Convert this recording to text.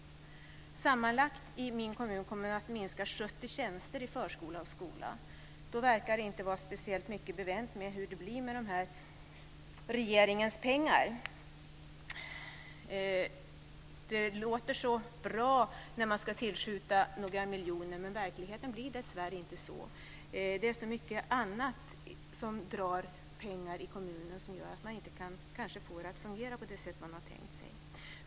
Sammanlagt kommer man i min hemkommun att skära ned 70 tjänster i förskola och skola. Då verkar det inte vara speciellt mycket bevänt med hur det blir med regeringens pengar. Det låter så bra att man ska tillskjuta några miljoner, men verkligheten blir dessvärre inte så mycket bättre. Det är så mycket annat som drar pengar i kommuner och som gör att man inte får det att fungera på det sätt som man har tänkt sig.